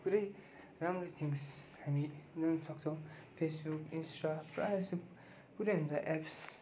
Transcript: पुरै राम्रो थिङ्ग्स हामी ल्याउनु सक्छौँ फेसबुक इन्स्टा प्राय जस्तो पुरै हुन्छ एप्स